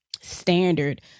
standard